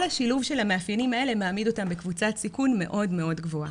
כל השילוב של המאפיינים האלה מעמיד אותם בקבוצת סיכון מאוד גבוהה.